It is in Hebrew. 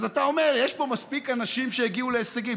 אז אתה אומר: יש פה מספיק אנשים שהגיעו להישגים.